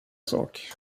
sak